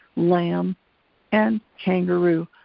lamb and kangaroo,